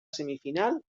semifinal